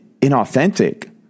inauthentic